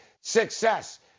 success